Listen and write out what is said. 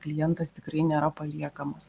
klientas tikrai nėra paliekamas